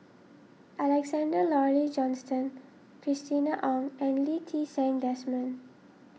Alexander Laurie Johnston Christina Ong and Lee Ti Seng Desmond